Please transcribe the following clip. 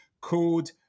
called